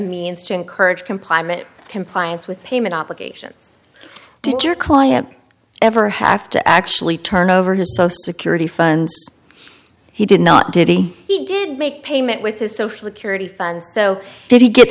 means to encourage compliant compliance with payment obligations did your client ever have to actually turn over his social security funds he did not diddy he did make payment with his social security fund so did he get